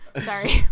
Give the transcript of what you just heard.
sorry